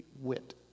wit